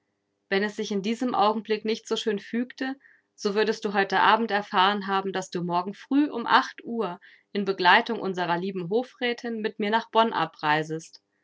wenn es sich in diesem augenblick nicht so schön fügte so würdest du heute abend erfahren haben daß du morgen früh um acht uhr in begleitung unserer lieben hofrätin mit mir nach bonn abreisest